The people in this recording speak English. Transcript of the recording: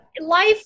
life